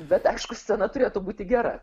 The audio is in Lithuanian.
bet aišku scena turėtų būti gera